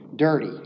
Dirty